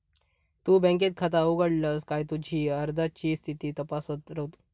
तु बँकेत खाता उघडलस काय तुझी अर्जाची स्थिती तपासत रव